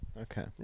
Okay